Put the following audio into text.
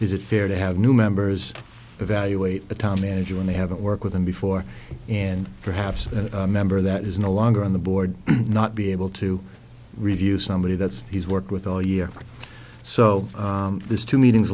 is it fair to have new members evaluate the top manager when they haven't worked with him before and perhaps a member that is no longer on the board not be able to review somebody that's he's worked with all year so this two meetings